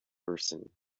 person